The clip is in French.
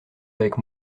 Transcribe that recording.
avec